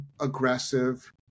aggressive